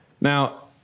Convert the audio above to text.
Now